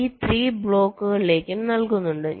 B 3 ബ്ലോക്കുകളിലേക്കും നൽകുന്നുണ്ട്